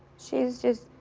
she's just